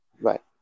Right